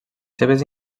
seves